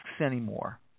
anymore